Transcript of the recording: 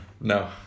no